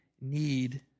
need